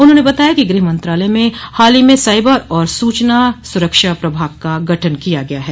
उन्होंने बताया कि गृह मंत्रालय में हाल ही में साइबर और सूचना सुरक्षा प्रभाग का गठन किया गया है